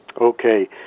okay